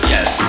Yes